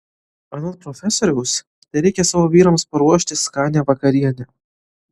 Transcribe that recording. anot profesoriaus tereikia savo vyrams paruošti skanią vakarienę